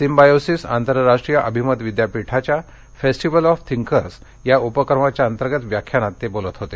symbiosis आंतरराष्ट्रीय अभिमत विद्यापीठाच्या फेस्टिव्हल ऑफ थिंकर्स या उपक्रमाअंतर्गत व्याख्यानात ते बोलत होते